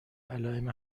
علائم